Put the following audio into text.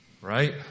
right